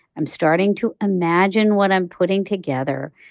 i'm starting to imagine what i'm putting together.